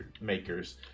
makers